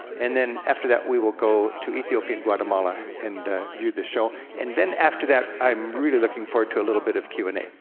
and then after that we will go to ethiopian guatemala and view the show. and then after that, i'm really looking forward to a little bit of q and a,